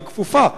היא כפופה לאישור,